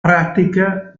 pratica